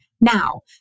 Now